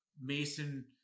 mason